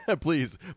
Please